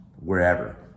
wherever